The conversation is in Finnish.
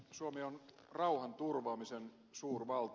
suomi on rauhanturvaamisen suurvalta